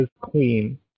queen